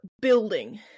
building